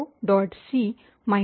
C -C gcc hello